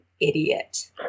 idiot